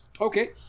Okay